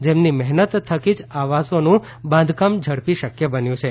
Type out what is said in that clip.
જેમની મહેનત થકી જ આવાસોનું બાંધકામ ઝડપી શક્ય બન્યું છે